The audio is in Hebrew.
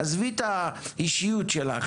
עזבי את האישיות שלך,